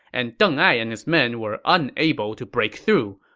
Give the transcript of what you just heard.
and deng ai and his men were unable to break through.